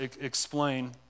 explain